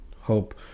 Hope